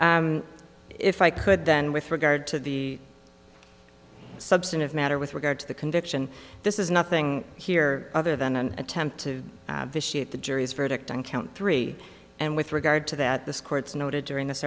if i could then with regard to the substantive matter with regard to the conviction this is nothing here other than an attempt to vitiate the jury's verdict on count three and with regard to that this court's noted during this